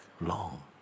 long